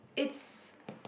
it's